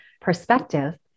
perspective